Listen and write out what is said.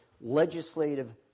legislative